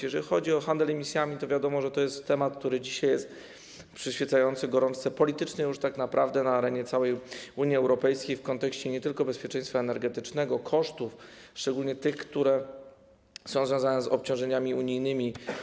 Jeżeli chodzi o handel emisjami, to wiadomo, że to jest temat, który dzisiaj przyświeca gorączce politycznej już tak naprawdę na arenie całej Unii Europejskiej w kontekście nie tylko bezpieczeństwa energetycznego, kosztów, szczególnie tych, które są związane z obciążeniami unijnymi.